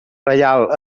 reial